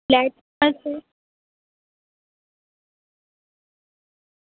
flat છે